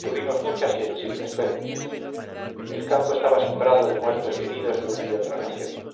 tuvimos muchas y sensibles pérdidas el campo estaba sembrado de muertos y heridos de una y otra nación